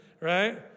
Right